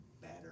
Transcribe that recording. better